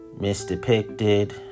misdepicted